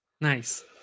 Nice